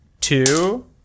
Two